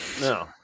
No